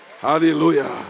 Hallelujah